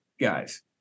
guys